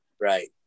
Right